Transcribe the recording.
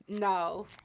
no